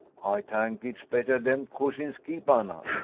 ay tank it's better dem cousins keep anna.